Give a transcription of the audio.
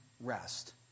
rest